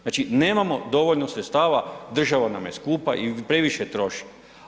Znači nemamo dovoljno sredstava, država nam je skupa i previše troši.